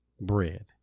bread